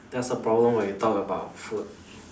that's a problem when you talk about food